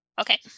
Okay